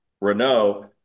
Renault